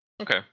Okay